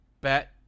Bet